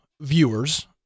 viewers